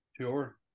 sure